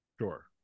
Sure